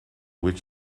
which